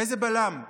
איזה בלם?